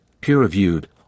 peer-reviewed